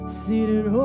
seated